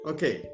Okay